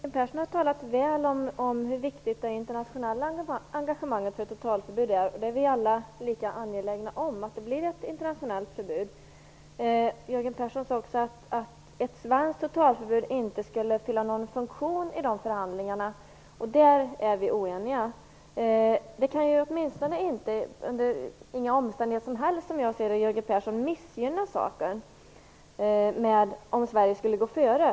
Fru talman! Jörgen Persson har talat väl om hur viktigt det internationella engagemanget för ett totalförbud är. Vi är alla lika angelägna om att det blir ett internationellt förbud. Jörgen Persson sade också att ett svenskt totalförbud inte skulle fylla någon funktion i förhandlingarna. Där är vi oeniga. Det kan åtminstone inte under några omständigheter som helst missgynna saken om Sverige skulle gå före.